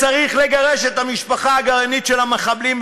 צריך לגרש את המשפחה הגרעינית של המחבלים,